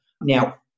Now